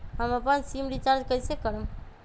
हम अपन SIM recharge कइसे करम?